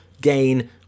gain